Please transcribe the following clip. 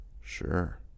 Sure